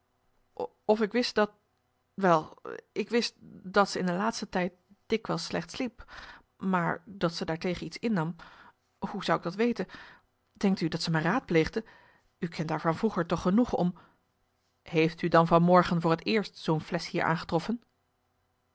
of ik wist dat wel ik wist dat zij in de laatste tijd dikwijls slecht sliep maar dat ze daartegen iets innam hoe zou ik dat weten denkt u dat ze mij raadpleegde u kent haar van vroeger toch genoeg om marcellus emants een nagelaten bekentenis heeft u dan van morgen voor t eerst zoo'n flesch hier aangetroffen